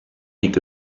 liegt